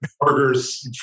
burgers